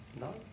No